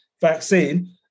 vaccine